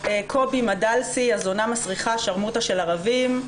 קובי מדלסי: יה זונה מסריחה, שרמוטה של ערבים.